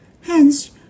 hence